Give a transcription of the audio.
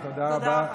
תודה רבה.